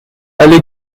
allée